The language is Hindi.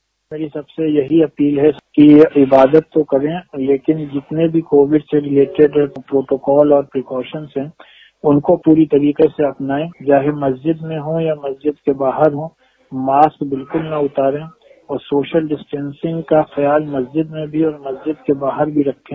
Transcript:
बाइट मेरी सबसे यही अपील है कि इबादत तो करे लेकिन जितने भी कोविड से रिलेटिट प्रोटोकॉल है प्रिकाशन है उनको पूरी तरह से अपनाये चाहे मस्जिद में हो या मस्जिद से बाहर मास्क बिल्कुल न उतारे और सोशल डिस्टेंसिंग का ख्यान मस्जिद में भी और मस्जिद के बाहर भी रखे